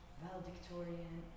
valedictorian